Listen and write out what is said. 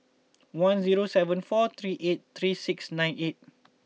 one zero seven four three eight three six nine eight